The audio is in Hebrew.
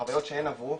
חוויות שהן עברו,